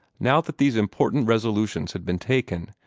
now that these important resolutions had been taken,